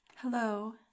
Hello